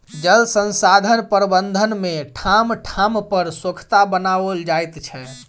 जल संसाधन प्रबंधन मे ठाम ठाम पर सोंखता बनाओल जाइत छै